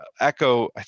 echo